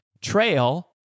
trail